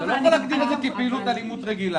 אתה לא יכול להגדיר את זה כפעילות אלימות רגילה.